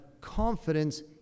confidence